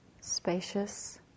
spacious